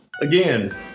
Again